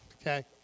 Okay